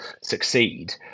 succeed